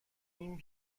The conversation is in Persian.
نیم